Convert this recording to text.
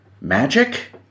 Magic